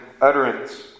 utterance